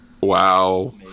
Wow